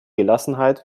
gelassenheit